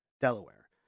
Delaware